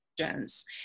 questions